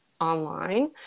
online